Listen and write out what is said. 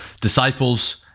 disciples